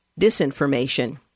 disinformation